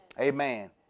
Amen